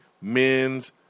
Men's